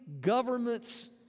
governments